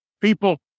people